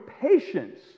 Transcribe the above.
patience